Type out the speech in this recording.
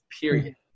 period